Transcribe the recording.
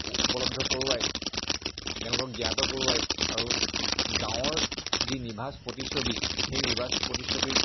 উপলব্ধি কৰোৱাই তেওঁলোকক জ্ঞাত কৰোৱাই আৰু গাঁৱৰ যি নিভাঁজ প্ৰতিচ্ছবি সেই নিভাঁজ প্ৰতিচ্ছবিৰ